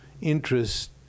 interest